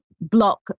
block